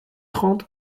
trente